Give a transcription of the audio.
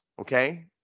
okay